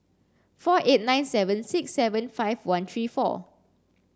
four eight nine seven six seven five one three four